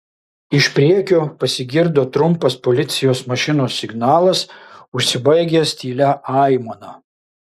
iš priekio pasigirdo trumpas policijos mašinos signalas užsibaigęs tylia aimana